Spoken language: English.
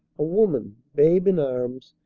a woman, babe in arms,